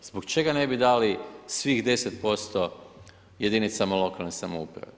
Zbog čega ne bi dali svih 10% jedinicama lokalne samouprave.